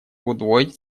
удвоить